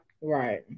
Right